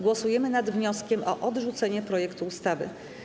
Głosujemy nad wnioskiem o odrzucenie projektu ustawy.